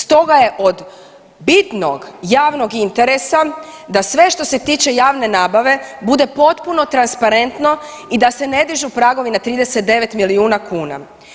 Stoga je od bitnog javnog interesa da sve što se tiče javne nabave bude potpuno transparentno i da se ne dižu pragovi na 39 milijuna kuna.